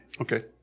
Okay